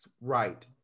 Right